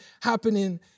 happening